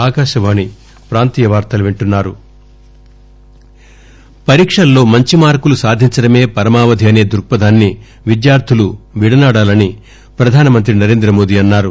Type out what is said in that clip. చర్చ పరీక్షల్లో మంచి మార్కులు సాధించడమే పరమావధి అనే దృక్పథాన్ని విద్యార్ధులు విడనాడాలని ప్రధానమంత్రి నరేంద్రమోదీ అన్నారు